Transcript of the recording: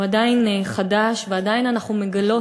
הוא עדיין חדש ועדיין אנחנו מגלות,